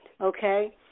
Okay